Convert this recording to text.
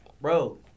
Bro